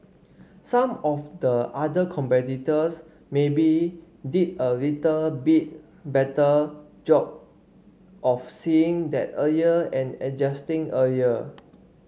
some of the other competitors maybe did a little bit better job of seeing that earlier and adjusting earlier